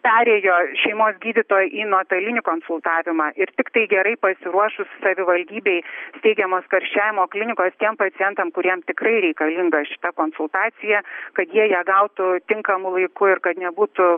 perėjo šeimos gydytojai į nuotolinį konsultavimą ir tiktai gerai pasiruošus savivaldybėj steigiamos karščiavimo klinikos tiem pacientam kuriem tikrai reikalinga šita konsultacija kad jie ją gautų tinkamu laiku ir kad nebūtų